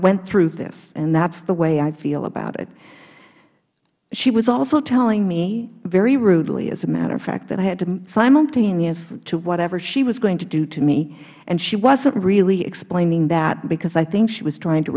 went through this and that is the way i feel about it she was also telling me very rudely as a matter of fact that i had to simultaneous to whatever she was going to do to me and she wasn't really explaining that because i think she was trying to